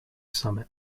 summit